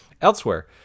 Elsewhere